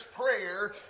prayer